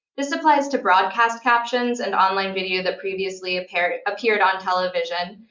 this applies to broadcast captions and online video that previously appeared appeared on television,